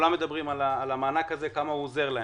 מדברים עד כמה המענק הזה עוזר להם.